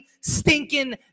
stinking